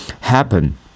happen